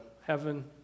heaven